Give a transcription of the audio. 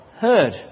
heard